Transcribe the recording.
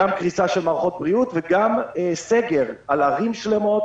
גם קריסה של מערכות בריאות וגם סגר על ערים שלמות